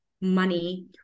money